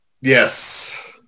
Yes